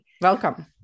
welcome